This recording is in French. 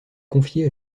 confiés